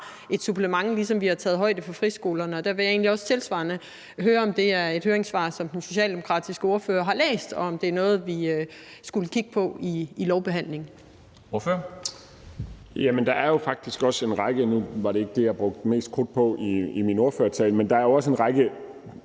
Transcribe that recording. et supplement, ligesom vi har taget højde for friskolerne. Og der vil jeg egentlig tilsvarende høre, om det er et høringssvar, som den socialdemokratiske ordfører har læst, og om det er noget, vi skulle kigge på i lovbehandlingen. Kl. 13:26 Formanden (Henrik Dam Kristensen): Ordføreren. Kl. 13:26 Jens Joel (S): Nu var det ikke det, jeg brugte mest krudt på i min ordførertale, men der er jo også en række